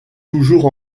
toujours